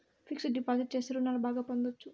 fixed deposit చేస్తే రుణాలు బాగా పొందొచ్చు